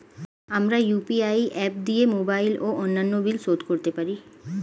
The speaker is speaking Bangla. আমরা ইউ.পি.আই অ্যাপ দিয়ে মোবাইল ও অন্যান্য বিল শোধ করতে পারি